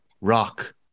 Rock